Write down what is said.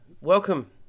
welcome